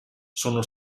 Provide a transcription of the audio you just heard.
sono